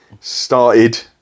started